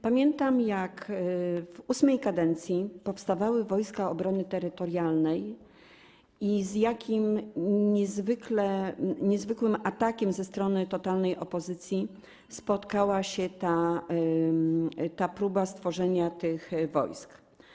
Pamiętam, jak w VIII kadencji powstawały Wojska Obrony Terytorialnej i z jakim niezwykłym atakiem ze strony totalnej opozycji spotkała się próba utworzenia tych wojsk.